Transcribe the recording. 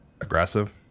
Aggressive